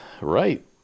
right